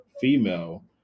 female